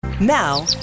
Now